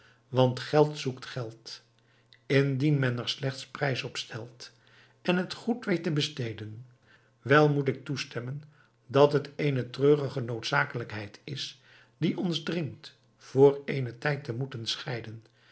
want geld zoekt geld indien men er slechts prijs op stelt en het goed weet te besteden wel moet ik toestemmen dat het eene treurige noodzakelijkheid is die ons dringt voor eenen tijd te moeten scheiden